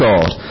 God